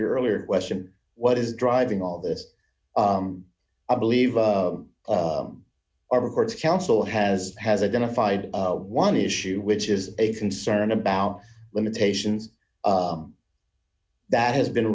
your earlier question what is driving all this i believe our records council has has identified one issue which is a concern about limitations that has been